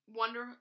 wonder